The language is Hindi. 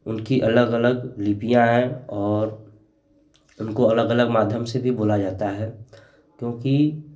उनकी अलग अलग लिपियाँ हैं और उनको अलग अलग माध्यम से भी बोली जाती हैं क्योंकि